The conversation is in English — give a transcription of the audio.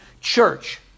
church